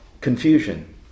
confusion